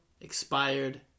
expired